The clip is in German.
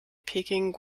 peking